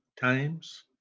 Times